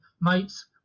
mates